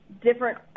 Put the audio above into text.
different